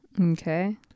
Okay